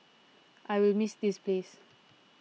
I will miss this place